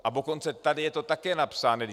A dokonce tady je to také napsáno.